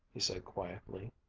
he said quietly.